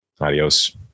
Adios